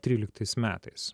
tryliktais metais